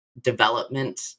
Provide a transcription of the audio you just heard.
development